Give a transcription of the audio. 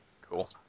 Cool